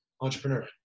entrepreneur